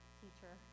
teacher